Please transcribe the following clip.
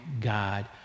God